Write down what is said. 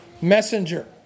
messenger